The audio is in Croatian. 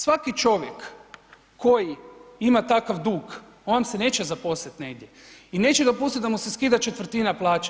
Svaki čovjek koji ima takav dug on vam se neće zaposlit negdje i neće dopustit da mu se skida četvrtina plaće.